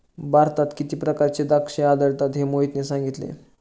भारतात किती प्रकारची द्राक्षे आढळतात हे मोहितने सांगितले